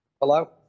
Hello